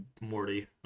Morty